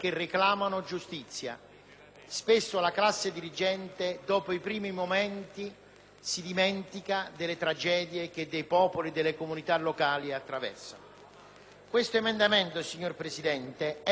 Spesso la classe dirigente, dopo i primi momenti, si dimentica delle tragedie che popoli e comunità locali attraversano. L'emendamento 8.7, signor Presidente, è sì per la mia Regione,